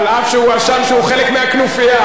אף שהוא הואשם שהוא חלק מהכנופיה.